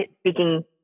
speaking